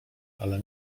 ale